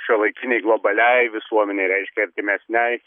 šiuolaikinei globaliai visuomenei reiškia artimesnei